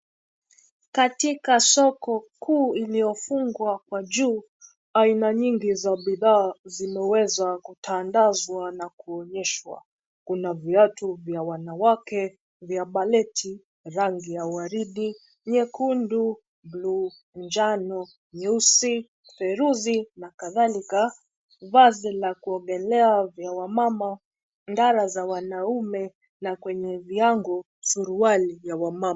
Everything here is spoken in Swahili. Katika soko kuu iliyofungwa kwa juu, aina nyingi za bidhaa zimeweza kutandazwa na kuonyeshwa. Kuna viatu vya wanawake vya baleti, rangi ya waridi, nyekundu, njano, nyeusi, feruzi na kadhalika. Vazi la kuogelea vya wamama, ndara za wanaume na kwenye viango surauali ya wamama.